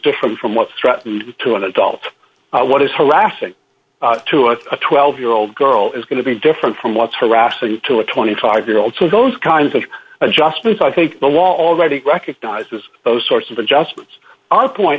different from what's threatened to an adult what is harassing to a twelve year old girl is going to be different from what's harassing to a twenty five year old so those kinds of adjustments i think the law already recognizes those sorts of adjustments our point